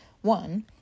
One